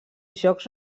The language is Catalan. jocs